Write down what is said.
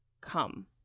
come